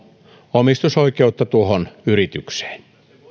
omistusoikeutta tuohon yritykseen